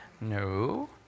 no